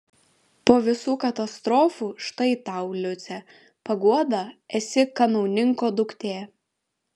po visų katastrofų štai tau liuce paguoda esi kanauninko duktė